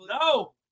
No